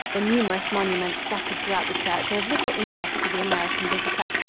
the numerous monuments scattered throughout the church are of little interest to the american visitor.